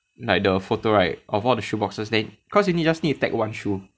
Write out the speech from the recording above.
like the photo right of all the shoe boxes then cause you need just need to take one shoe